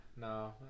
No